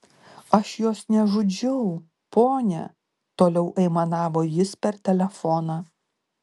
aš jos nežudžiau ponia toliau aimanavo jis per telefoną